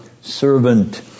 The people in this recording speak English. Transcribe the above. servant